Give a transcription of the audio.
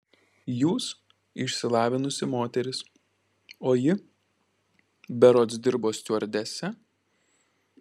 jūs išsilavinusi moteris o ji berods dirbo stiuardese